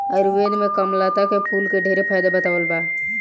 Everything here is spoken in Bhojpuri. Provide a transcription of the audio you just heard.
आयुर्वेद में कामलता के फूल के ढेरे फायदा बतावल बा